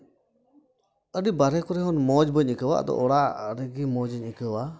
ᱟᱹᱰᱤ ᱵᱟᱨᱦᱮ ᱠᱚᱨᱮ ᱦᱚᱸ ᱢᱚᱡᱽ ᱵᱟᱹᱧ ᱟᱹᱭᱠᱟᱹᱣᱟ ᱟᱫᱚ ᱚᱲᱟᱜ ᱨᱮᱜᱮ ᱢᱚᱡᱤᱧ ᱟᱹᱭᱠᱟᱹᱣᱟ